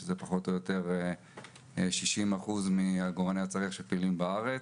שמהווים כ-60% מעגורני הצריח שפעילים בארץ.